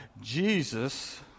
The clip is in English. Jesus